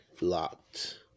locked